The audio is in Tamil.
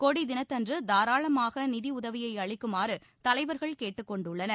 கொடி தினத்தன்று தாராளமாக நிதியுதவியை அளிக்குமாறு தலைவர்கள் கேட்டுக்கொண்டுள்ளனர்